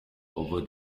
over